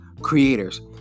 creators